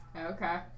Okay